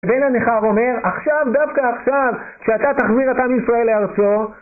ואין הניכר אומר, עכשיו, דווקא עכשיו, כשאתה תחזיר את עם ישראל לארצו